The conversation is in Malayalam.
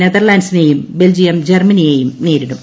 നെതർലന്റിസിനെയും ബെൽജിയം ജർമ്മനിയെയും നേരിടും